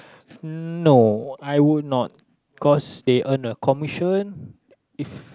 hmm no I would not cause they earn a commission if